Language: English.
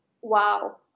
wow